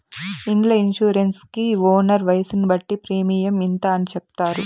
ఇండ్ల ఇన్సూరెన్స్ కి ఓనర్ వయసును బట్టి ప్రీమియం ఇంత అని చెప్తారు